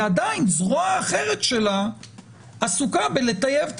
ועדיין זרוע אחרת שלה עסוקה בלטייב את